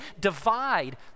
divide